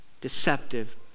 deceptive